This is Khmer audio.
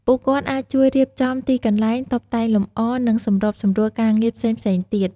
ពួកគាត់អាចជួយរៀបចំទីកន្លែង តុបតែងលម្អ និងសម្របសម្រួលការងារផ្សេងៗទៀត។